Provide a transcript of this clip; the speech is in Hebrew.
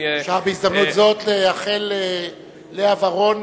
אפשר בהזדמנות זאת לאחל ללאה ורון,